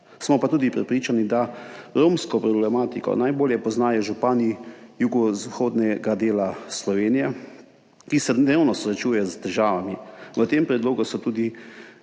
smo pa tudi, da romsko problematiko najbolje poznajo župani jugovzhodnega dela Slovenije, ki se dnevno srečujejo s težavami. V tem predlogu so si